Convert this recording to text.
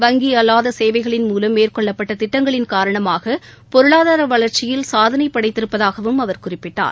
வங்கி அல்லாத சேவைகளின் மூலம் மேற்கொள்ளப்பட்ட திட்டங்களின் காரணமாக பொருளாதார வளர்ச்சியில் சாதனை படைத்திருப்பதாகவும் அவர் குறிப்பிட்டார்